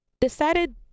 decided